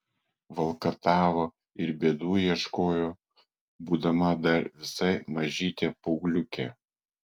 valkatavo ir bėdų ieškojo būdama dar visai mažytė paaugliukė